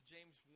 James